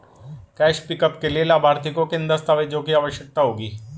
Cash pickup के लिए लाभार्थी को किन दस्तावेजों की आवश्यकता होगी?